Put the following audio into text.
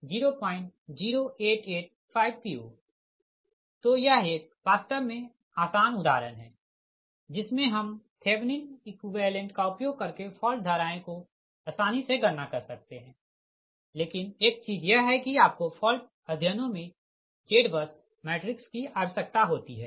तो यह एक वास्तव मे आसान उदाहरण है जिसमे हम थेवनिन एकुईवेलेंट का उपयोग करके फॉल्ट धाराएँ को आसानी से गणना कर सकते है लेकिन एक चीज यह है कि आपको फॉल्ट अध्ययनों मे ZBUS मैट्रिक्स की आवश्यकता होती है